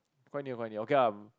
quite near quite near okay ah